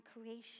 creation